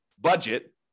budget